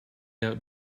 out